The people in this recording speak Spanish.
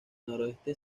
noroeste